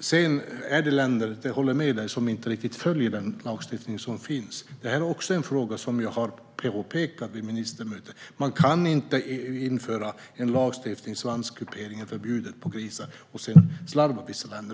Sedan håller jag med om att det finns länder som inte riktigt följer den lagstiftning som finns. Det är också något som jag har påpekat vid ministermöten. Man kan inte införa en lagstiftning om förbud mot svanskupering på grisar som vissa länder sedan slarvar med att följa.